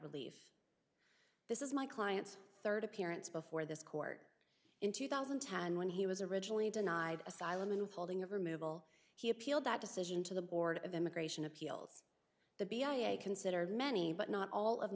relief this is my client's third appearance before this court in two thousand and ten when he was originally denied asylum in withholding of removal he appealed that decision to the board of immigration appeals the b i a consider many but not all of